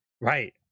Right